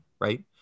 right